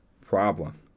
problem